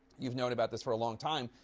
you've known about this for a long time,